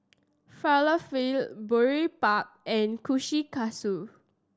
Falafel Boribap and Kushikatsu